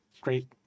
Great